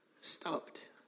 stopped